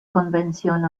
convención